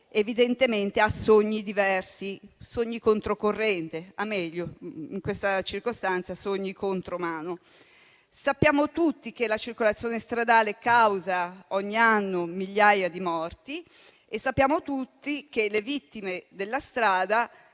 evidentemente ha sogni diversi, sogni controcorrente o meglio, in questa circostanza, sogni contromano. Sappiamo tutti che la circolazione stradale causa ogni anno migliaia di morti e sappiamo tutti che le vittime della strada